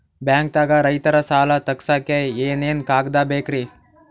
ಬ್ಯಾಂಕ್ದಾಗ ರೈತರ ಸಾಲ ತಗ್ಸಕ್ಕೆ ಏನೇನ್ ಕಾಗ್ದ ಬೇಕ್ರಿ?